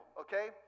okay